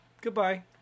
Goodbye